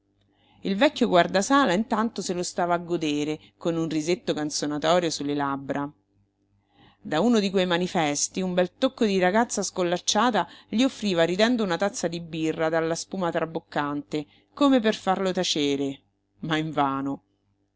il vecchio guardasala intanto se lo stava a godere con un risetto canzonatorio su le labbra da uno di quei manifesti un bel tocco di ragazza scollacciata gli offriva ridendo una tazza di birra dalla spuma traboccante come per farlo tacere ma invano